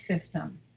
system